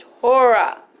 Torah